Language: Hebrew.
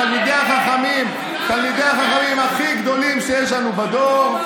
תלמידי החכמים הכי גדולים שיש לנו בדור.